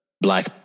Black